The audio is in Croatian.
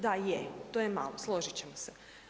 Da je, to je malo, složit ćemo se.